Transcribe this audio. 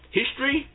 history